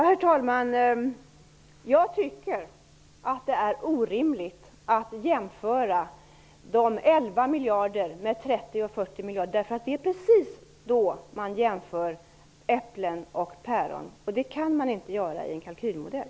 Herr talman! Jag tycker att det är orimligt att jämföra 11 miljarder med 30-40 miljarder. Det är precis då man jämför äpplen och päron, och det kan man inte göra i en kalkylmodell.